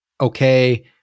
okay